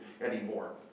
anymore